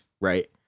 Right